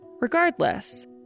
Regardless